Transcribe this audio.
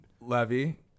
Levy